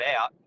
out